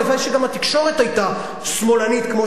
הלוואי שגם התקשורת היתה שמאלנית כמו